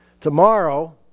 Tomorrow